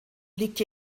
liegt